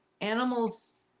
animals